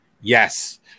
Yes